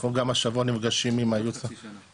אנחנו גם השבוע נפגשים עם הייעוץ --- עוד חצי שנה?